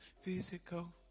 Physical